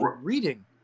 reading